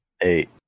Eight